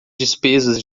despesas